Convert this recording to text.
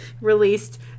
Released